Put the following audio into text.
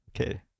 Okay